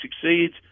succeeds